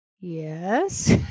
yes